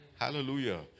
Hallelujah